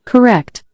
Correct